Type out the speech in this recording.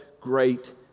great